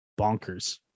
bonkers